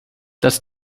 das